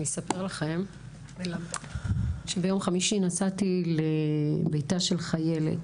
אני אספר לכם שביום חמישי נסעתי לביתה של חיילת,